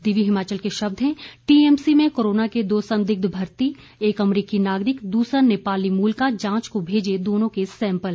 दिव्य हिमाचल के शब्द है टीएमसी में कोराना के दो संदिग्ध भर्ती एक अमरीकी नागरिक दूसरा नेपाली मूल का जांच को भेजे दोनों के सैंपल